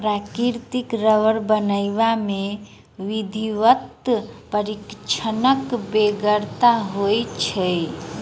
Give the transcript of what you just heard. प्राकृतिक रबर बनयबा मे विधिवत प्रशिक्षणक बेगरता होइत छै